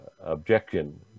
objection